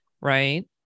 right